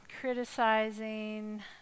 criticizing